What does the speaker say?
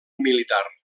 militar